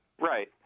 Right